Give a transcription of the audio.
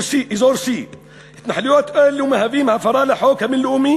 C. התנחלויות אלה מהוות הפרה של החוק הבין-לאומי